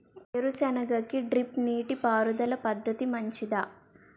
వేరుసెనగ కి డ్రిప్ నీటిపారుదల పద్ధతి మంచిదా?